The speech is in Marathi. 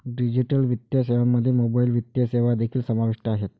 डिजिटल वित्तीय सेवांमध्ये मोबाइल वित्तीय सेवा देखील समाविष्ट आहेत